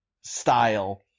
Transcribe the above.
style